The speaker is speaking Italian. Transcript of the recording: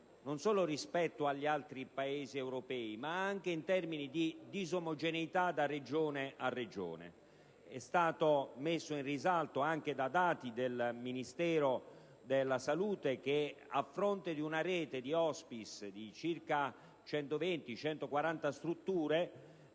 non solo rispetto agli altri Paesi europei ma anche in termini di disomogeneità da regione a regione. È stato messo in risalto anche da dati del Ministero della salute che, a fronte di una rete di *hospice* di circa 120-140 strutture,